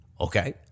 Okay